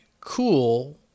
cool